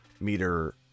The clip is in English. meter